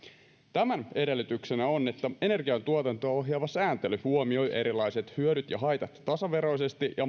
tämän edellytyksenä on että energiantuotantoa ohjaava sääntely huomioi erilaiset hyödyt ja haitat tasaveroisesti ja